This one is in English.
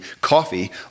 coffee